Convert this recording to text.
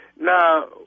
Now